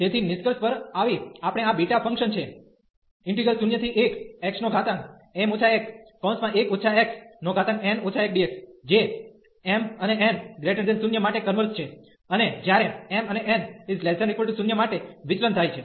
તેથી નિષ્કર્ષ પર આવી આપણે આ બીટા ફંકશન છે01xm 11 xn 1dx જે mn0 માટે કન્વર્ઝ છે અને જ્યારે mn≤0 માટે વિચલન થાય છે